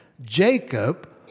Jacob